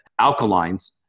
alkalines